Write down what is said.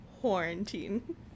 quarantine